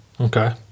Okay